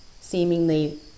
seemingly